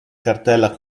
cartella